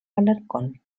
alarcón